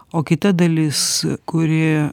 o kita dalis kuri